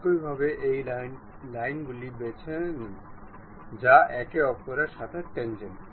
একইভাবে এই লাইনগুলি বেছে নিন যা একে অপরের সাথে ট্যান্জেন্ট